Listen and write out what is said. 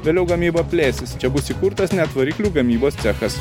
vėliau gamyba plėsis čia bus įkurtas net variklių gamybos cechas